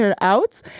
out